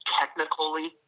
technically